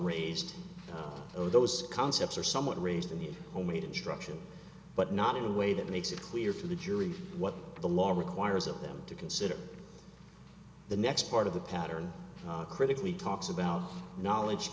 raised over those concepts are somewhat raised in the homemade instruction but not in a way that makes it clear to the jury what the law requires of them to consider the next part of the pattern critically talks about knowledge